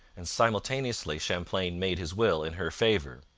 and simultaneously champlain made his will in her favour.